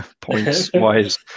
points-wise